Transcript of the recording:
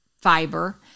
fiber